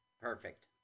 Perfect